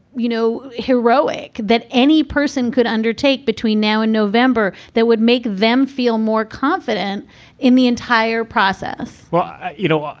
you know, heroic that any person could undertake between now and november that would make them feel more confident in the entire process well, you know, ah